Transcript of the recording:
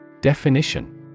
Definition